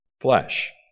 flesh